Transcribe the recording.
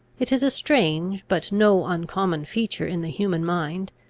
it is a strange, but no uncommon feature in the human mind,